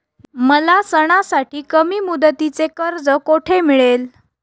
मला सणासाठी कमी मुदतीचे कर्ज कोठे मिळेल?